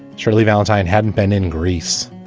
shirley valentine hadn't been in greece.